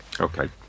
Okay